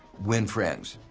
win friends,